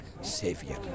Savior